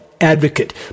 advocate